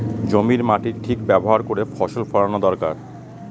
জমির মাটির ঠিক ব্যবহার করে ফসল ফলানো দরকার